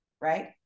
right